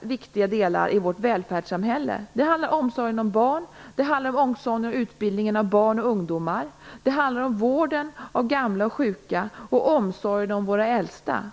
viktiga delar i vårt välfärdssamhälle. Det handlar om omsorgen om barn, om utbildningen av barn och ungdomar, om vården av gamla och sjuka och om omsorgen om våra äldsta.